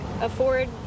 afford